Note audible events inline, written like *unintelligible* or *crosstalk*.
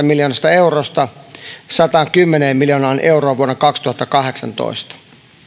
*unintelligible* miljoonasta eurosta sataankymmeneen miljoonaan euroon vuonna kaksituhattakahdeksantoista